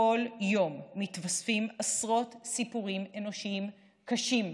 כל יום מתווספים עשרות סיפורים אנושיים, קשים.